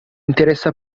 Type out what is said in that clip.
interessa